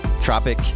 Tropic